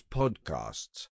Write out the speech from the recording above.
podcasts